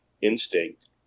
instinct